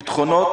ביטחונות,